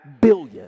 billion